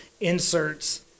Inserts